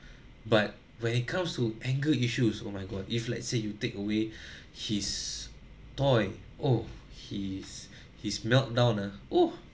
but when it comes to anger issues oh my god if let's say you take away his toy oh his his meltdown ah oh